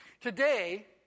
Today